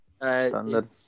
Standard